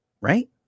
Right